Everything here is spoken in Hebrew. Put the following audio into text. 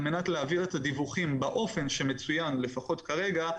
על מנת להעביר את הדיווחים באופן שמצוין לפחות כרגע,